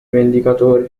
vendicatori